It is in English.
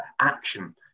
action